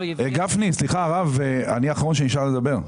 גפני, אני האחרון שנשאר לו לדבר.